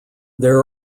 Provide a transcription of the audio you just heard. there